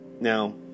now